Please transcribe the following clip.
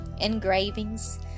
engravings